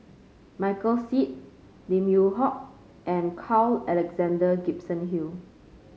Michael Seet Lim Yew Hock and Carl Alexander Gibson Hill